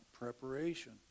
preparation